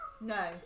No